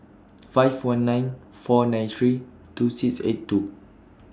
five one nine four nine three two six eight two